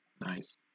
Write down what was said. Nice